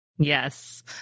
yes